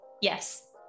yes